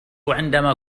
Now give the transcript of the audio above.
عندما